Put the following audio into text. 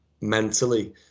mentally